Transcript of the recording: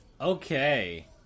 Okay